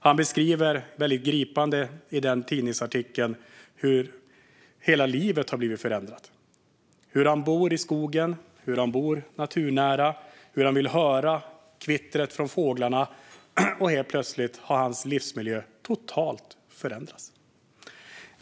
I tidningsartikeln beskriver han gripande hur hela livet har förändrats. Han bor i skogen, naturnära, och vill höra kvittret från fåglarna. Men helt plötsligt har hans livsmiljö totalt förändrats.